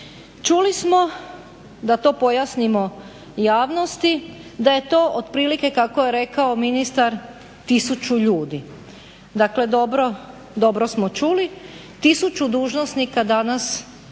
Čuli smo, da to pojasnimo javnosti, da je to otprilike kako je rekao ministar 1000 ljudi, dakle dobro smo čuli, 1000 dužnosnika danas